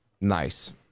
Nice